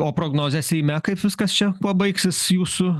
o prognozės seime kaip viskas čia kuo baigsis jūsų